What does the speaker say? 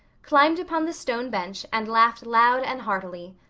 climbed upon the stone bench and laughed loud and heartily.